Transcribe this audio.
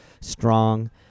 strong